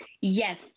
Yes